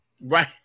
right